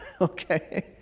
Okay